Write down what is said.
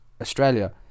Australia